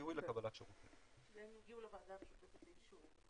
והם יגיעו לוועדה לאישור.